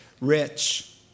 rich